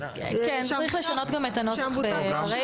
צריך לשנות גם את הנוסח ברישה.